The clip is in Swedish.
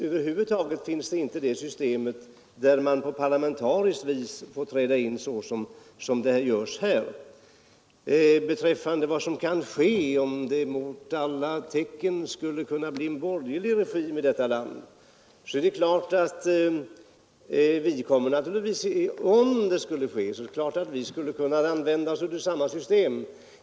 Över huvud taget finns inte ett system där man får träda in på parlamentariskt vis, som man gör här. Om det mot alla tecken skulle kunna bli en borgerlig regim i detta land är det klart att vi skulle använda oss av samma system.